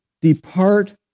depart